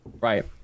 right